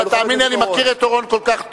תאמין לי, אני מכיר את אורון כל כך טוב.